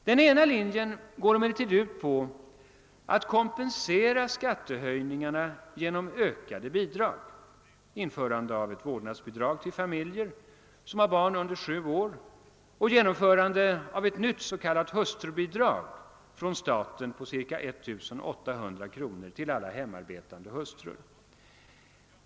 Den ena linjen går emellertid ut på att kompensera skattehöjningarna genom ökade bidrag — införande av ett vårdnadsbidrag till familjer som har barn under sju år och genomförande av ett nytt s.k. hustrubidrag från staten på ca 1800 kr. till alla hemarbetande hustrur.